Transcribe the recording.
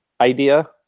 idea